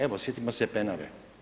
Evo sjetimo se Penave.